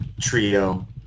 trio